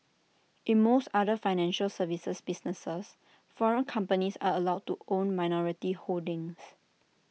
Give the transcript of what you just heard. in most other financial services businesses foreign companies are allow to own minority holdings